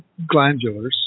glandulars